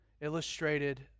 illustrated